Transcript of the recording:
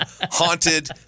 haunted